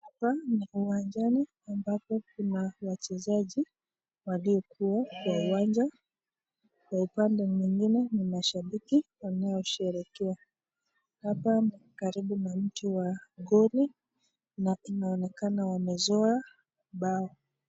Hapa ni uwanjani ambapo kuna wachezaji waliokuwa kwa uwanja. Kwa upande mwingine ni mashabiki wanaosherehekea. Hapa ni karibu na mti wa goli na inaonekana wamezua bao.